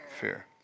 Fear